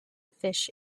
fish